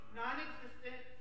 non-existent